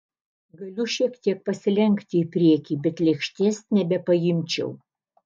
galiu šiek tiek pasilenkti į priekį bet lėkštės nebepaimčiau